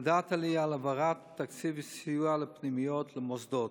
הודעת לי על העברת תקציב סיוע לפנימיות למוסדות.